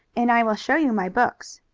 and i will show you my books.